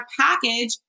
package